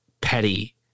petty